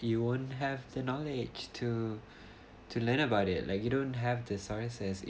you won't have the knowledge to to learn about it like you don't have the sources